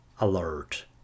alert